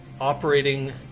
Operating